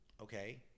Okay